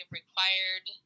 required